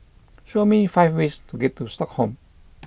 show me five ways to get to Stockholm